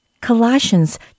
Colossians